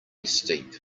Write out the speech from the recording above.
steep